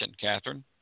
Catherine